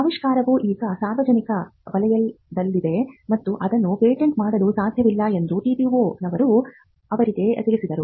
ಆವಿಷ್ಕಾರವು ಈಗ ಸಾರ್ವಜನಿಕ ವಲಯದಲ್ಲಿದೆ ಮತ್ತು ಅದನ್ನು ಪೇಟೆಂಟ್ ಮಾಡಲು ಸಾಧ್ಯವಿಲ್ಲ ಎಂದು TTO ನವರು ಅವರಿಗೆ ತಿಳಿಸಿದರು